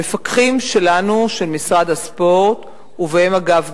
המפקחים שלנו, של משרד הספורט, ובהם, אגב,